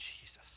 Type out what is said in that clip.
Jesus